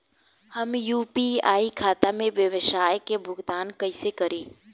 हम यू.पी.आई खाता से व्यावसाय के भुगतान कइसे करि?